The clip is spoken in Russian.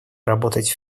работать